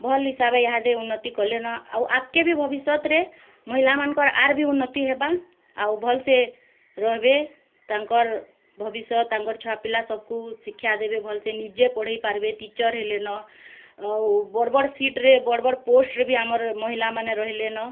ଭଲ୍ ହିସାବେ ଇହାଦେ ଉନ୍ନତି କଲେନ ଆଉ ଆଗକେ ବି ଭବିଷ୍ୟତ୍ରେ ମହିଲାମାନକର୍ ଆର୍ ବି ଉନ୍ନତି ହେବା ଆଉ ଭଲ୍ସେ ରହେବେ ତାଙ୍କର୍ ଭବିଷ୍ୟତ୍ ତାଙ୍କର୍ ଛୁଆପିଲା ସବ୍କୁ ଶିକ୍ଷାଦେବେ ଭଲ୍ସେ ନିଜେ ପଢ଼େଇ ପାର୍ବେ ଟିଚର୍ ହେଲେନ ଆଉ ବଡ଼ ବଡ଼ ସିଟ୍ରେ ବଡ଼ ବଡ଼ ପୋଷ୍ଟରେ ଆମର୍ ମହିଲାମାନେ ରହେଲେନ